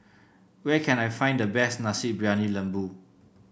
where can I find the best Nasi Briyani Lembu